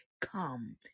come